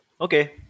Okay